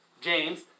James